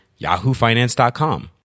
yahoofinance.com